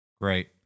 Great